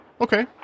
Okay